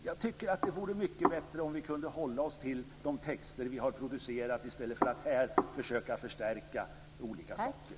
Jag tycker att det vore mycket bättre om vi kunde hålla oss till de texter som vi har producerat i stället för att här försöka förstärka olika saker.